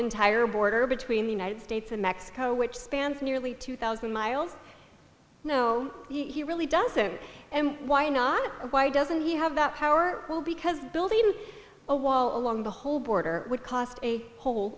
entire border between the united states and mexico which spans nearly two thousand miles no he really doesn't and why not why doesn't he have that power because building a wall along the whole border would cost a whole